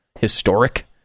historic